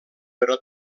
però